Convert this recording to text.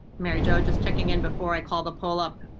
mary joe just checking in before i call the poll up.